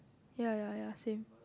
ya ya ya same